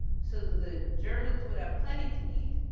so that the germans would have plenty to eat,